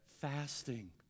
fasting